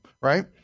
right